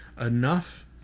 enough